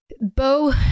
Bo